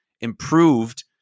improved